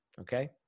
Okay